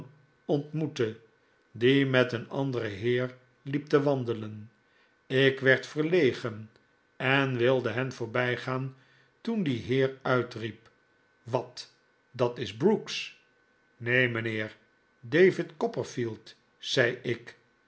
ontmoette die met een anderen heer hep te wandelen ik werd verlegen en wilde hen voorbijgaan toen die heer uitriep wat dat is brooks neen mijnheer david copperfield zei ik